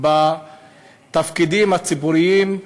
בתפקידים ציבוריים,